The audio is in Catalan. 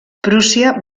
prússia